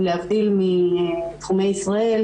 להבדיל מתחומי ישראל,